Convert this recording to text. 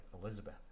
Elizabeth